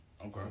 Okay